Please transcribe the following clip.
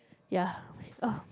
ya